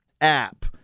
app